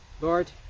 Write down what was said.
Lord